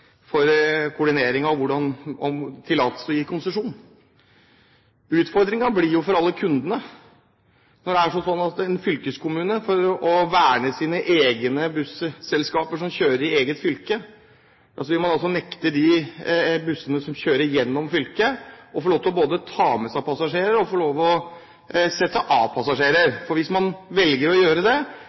alle kundene, når det er slik at en fylkeskommune – for å verne om sine egne busselskaper som kjører i eget fylke – vil nekte bussene som kjører gjennom fylket, både å få lov til å ta med seg passasjerer og til å sette av passasjerer. Hvis man likevel velger å gjøre det,